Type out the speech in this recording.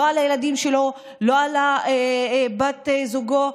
לא על הילדים שלו, לא על בת זוגו.